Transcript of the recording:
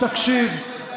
תקשיב,